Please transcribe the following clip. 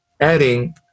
adding